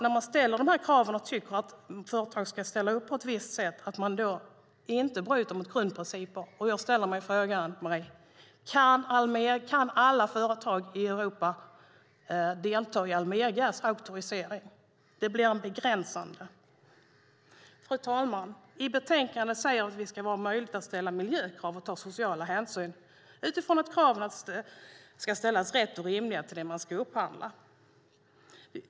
När man ställer de här kraven och tycker att företag ska ställa upp på ett visst sätt gäller det att man inte bryter mot grundläggande principer. Och jag ställer frågan till Marie Nordén: Kan alla företag i Europa delta vid Almegas auktorisering? Det blir begränsande. Fru talman! I betänkandet säger vi att det ska vara möjligt att ställa miljökrav och ta sociala hänsyn utifrån att kraven som ställs är riktiga och rimliga på det man ska upphandla.